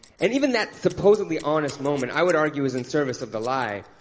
and even that supposedly honest moment, i would argue, is in service of the lie,